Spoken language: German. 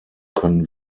können